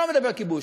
לא מדבר כיבוש.